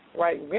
Right